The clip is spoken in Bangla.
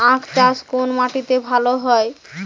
আখ চাষ কোন মাটিতে ভালো হয়?